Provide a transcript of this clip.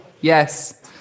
yes